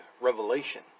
Revelation